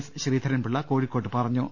S Sreedharan Pillai കോഴിക്കോട്ട് പറഞ്ഞു